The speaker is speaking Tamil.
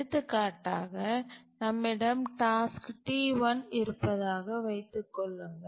எடுத்துக்காட்டாக நம்மிடம் டாஸ்க் T1 இருப்பதாகக் வைத்து கொள்ளுங்கள்